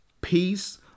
peace